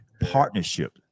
partnership